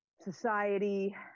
society